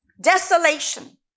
Desolation